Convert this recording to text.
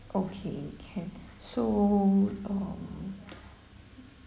okay can so um